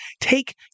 take